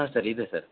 ಹಾಂ ಸರ್ ಇದೆ ಸರ್